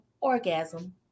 orgasm